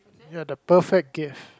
ya the perfect gift